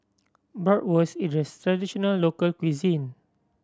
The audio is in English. Bratwurst is a traditional local cuisine